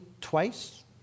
twice